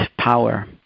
power